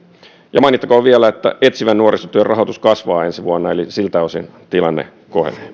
ja mainittakoon vielä että etsivän nuorisotyön rahoitus kasvaa ensi vuonna eli siltä osin tilanne